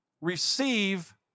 receive